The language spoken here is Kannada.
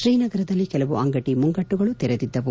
ಶ್ರೀನಗರದಲ್ಲಿ ಕೆಲವು ಅಂಗಡಿ ಮುಂಗಟ್ಟುಗಳು ತೆರೆದಿದ್ದವು